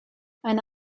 eine